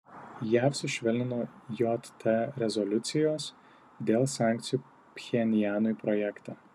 jav sušvelnino jt rezoliucijos dėl sankcijų pchenjanui projektą